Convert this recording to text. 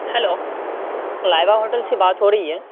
hello لائوا hotel سے بات ہو رہی ہے